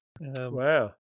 wow